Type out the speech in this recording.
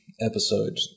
episode